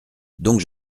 donc